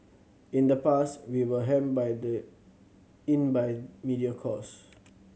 in the past we were hemmed by the in by media cost